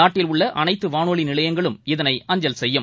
நாட்டில் உள்ள அனைத்து வானொலி நிலையங்களும் இதனை அஞ்சல் செய்யும்